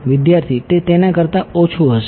વિદ્યાર્થી તે તેના કરતાં ઓછું હશે